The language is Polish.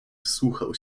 wsłuchał